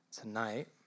tonight